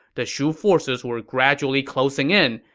the shu forces were gradually closing in,